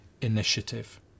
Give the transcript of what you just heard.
initiative